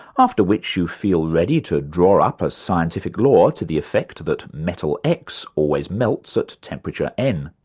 after which you feel ready to draw up a scientific law to the effect that metal x always melts at temperature n.